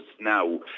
now